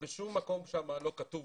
ובשום מקום שם לא כתוב